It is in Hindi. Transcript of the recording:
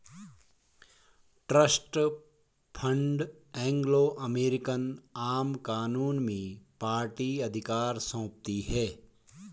ट्रस्ट फण्ड एंग्लो अमेरिकन आम कानून में पार्टी अधिकार सौंपती है